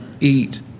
eat